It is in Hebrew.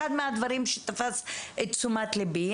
אחד הדברים שתפס את תשומת ליבי,